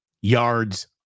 yards